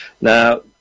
Now